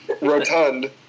Rotund